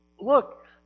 Look